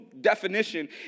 definition